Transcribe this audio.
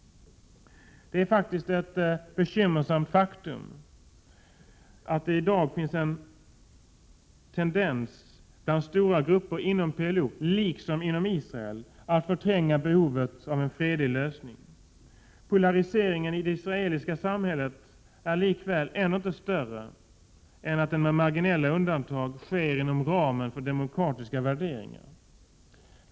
Det är faktiskt ett bekymmersamt faktum att det i dag finns en tendens bland stora grupper inom PLO liksom inom Israel att förtränga behovet av en fredlig lösning. Polariseringen i det israeliska samhället är likväl inte större än att den med marginella undantag sker inom ramen för demokratiska värderingar.